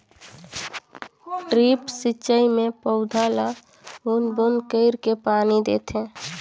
drip सिंचई मे पउधा ल बूंद बूंद कईर के पानी देथे